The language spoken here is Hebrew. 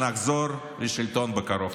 לכשנחזור לשלטון בקרוב.